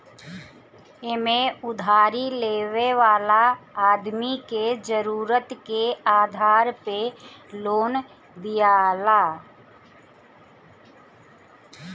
एमे उधारी लेवे वाला आदमी के जरुरत के आधार पे लोन दियाला